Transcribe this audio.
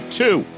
two